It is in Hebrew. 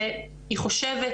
שהיא חושבת